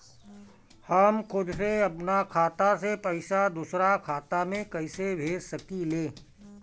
हम खुद से अपना खाता से पइसा दूसरा खाता में कइसे भेज सकी ले?